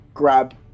grab